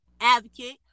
advocate